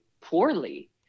poorly